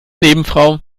nebenfrau